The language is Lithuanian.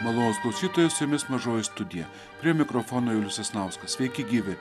malonūs klausytojai su jumis mažoji studija prie mikrofono julius sasnauskas sveiki gyvi